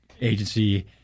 agency